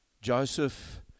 Joseph